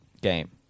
game